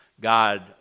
God